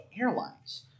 airlines